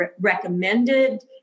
recommended